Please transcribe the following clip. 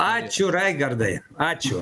ačiū raigardai ačiū